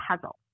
puzzle